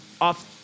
off